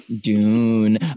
Dune